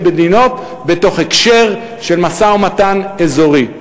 מדינות בתוך הקשר של משא-ומתן אזורי.